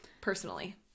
personally